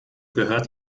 gehört